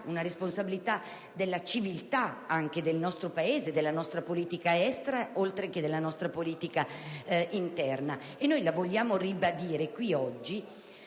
una responsabilità ed un atto di civiltà del nostro Paese, della nostra politica estera, oltre che della nostra politica interna che noi vogliamo ribadire, oggi,